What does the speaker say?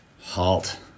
Halt